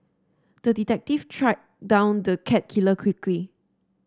the detective tracked down the cat killer quickly